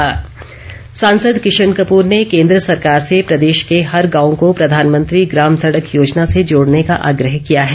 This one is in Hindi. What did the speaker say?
किशन कपूर सांसद किशन कपूर ने केंद्र सरकार से प्रदेश के हर गांव को प्रधानमंत्री ग्राम सड़क योजना से जोड़ने का आग्रह किया है